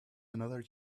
another